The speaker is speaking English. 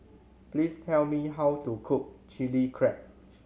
please tell me how to cook Chili Crab